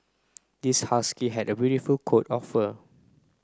this husky had a coat of fur